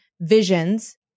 Visions